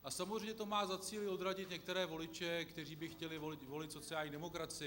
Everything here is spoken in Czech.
A samozřejmě to má za cíl odradit některé voliče, kteří by chtěli volit sociální demokracii.